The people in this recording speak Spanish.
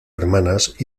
hermanas